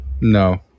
No